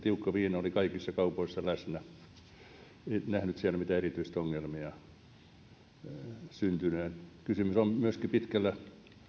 tiukka viina oli kaikissa kaupoissa läsnä en nähnyt siellä mitään erityisiä ongelmia syntyneen kysymys on myöskin pitkälle